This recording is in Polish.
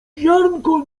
ziarnko